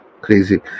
Crazy